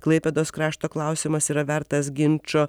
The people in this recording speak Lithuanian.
klaipėdos krašto klausimas yra vertas ginčo